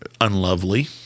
unlovely